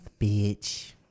bitch